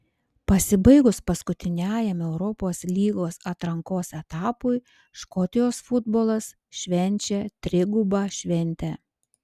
pasibaigus paskutiniajam europos lygos atrankos etapui škotijos futbolas švenčia trigubą šventę